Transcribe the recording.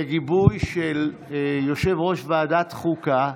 בגיבוי של יושב-ראש ועדת החוקה,